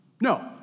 no